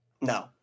No